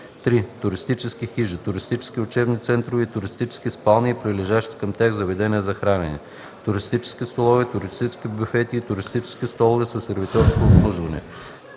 3. туристическите хижи, туристическите учебни центрове и туристическите спални и прилежащите към тях заведения за хранене – туристически столови, туристически бюфети и туристически столови със сервитьорско обслужване;